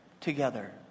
together